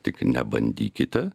tik nebandykite